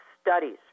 studies